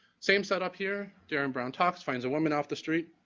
same set up here darren brown talks, finds a woman off the street.